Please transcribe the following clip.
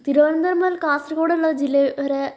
തിരുവനന്തപുരം മുതൽ കാസർഗോഡുള്ള ജില്ല വരെ